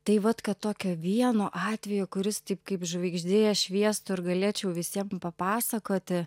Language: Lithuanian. tai vat kad tokio vieno atvejo kuris tik kaip žvaigždė šviestų ir galėčiau visiem papasakoti